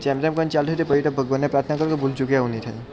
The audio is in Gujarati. જેમ જેમ કરીને ચાલતો થયો પછી તો ભગવાનને પ્રાર્થના કરું કે ભૂલેચૂકે એવું નહીં થાય